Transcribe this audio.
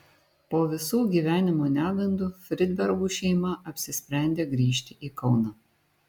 po visų gyvenimo negandų fridbergų šeima apsisprendė grįžti į kauną